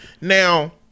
Now